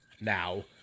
now